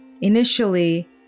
Initially